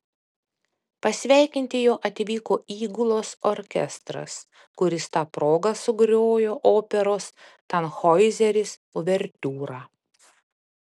pasveikinti jo atvyko įgulos orkestras kuris ta proga sugrojo operos tanhoizeris uvertiūrą